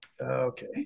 Okay